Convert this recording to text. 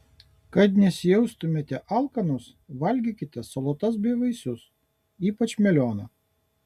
kad nesijaustumėte alkanos valgykite salotas bei vaisius ypač melioną